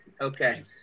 Okay